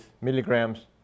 milligrams